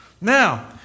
Now